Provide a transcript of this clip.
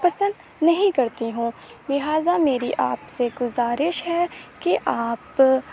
پسند نہیں کرتی ہوں لہٰذا میری آپ سے گزارش ہے کہ آپ